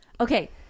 Okay